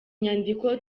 nyandiko